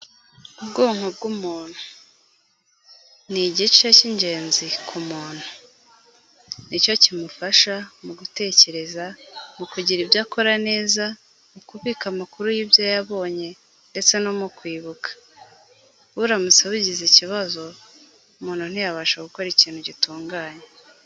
Ubwonko bw'umuntu, ni igice cy'ingenzi ku muntu, ni cyo kimufasha mu gutekereza, mu kugira ibyo akora neza, mu kubika amakuru y'ibyo yabonye, ndetse no mu kwibuka, buramutse bugize ikibazo, umuntu ntiyabasha gukora ikintu gitunganye.